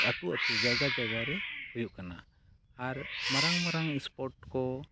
ᱟᱹᱛᱩ ᱟᱹᱛᱩ ᱡᱟᱭᱜᱟ ᱡᱟᱭᱜᱟᱨᱮ ᱦᱩᱭᱩᱜ ᱠᱟᱱᱟ ᱟᱨ ᱢᱟᱨᱟᱝ ᱢᱟᱨᱟᱝ ᱥᱯᱳᱨᱴ ᱠᱚ